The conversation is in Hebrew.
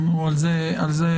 נדון על זה.